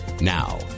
Now